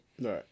right